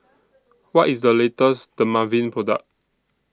What IS The latest Dermaveen Product